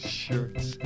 shirts